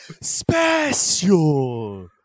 special